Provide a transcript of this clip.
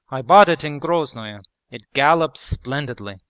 i bought it in groznoe it gallops splendidly!